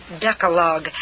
Decalogue